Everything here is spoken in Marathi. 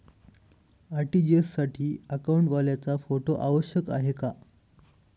आर.टी.जी.एस साठी अकाउंटवाल्याचा फोटो आवश्यक आहे का?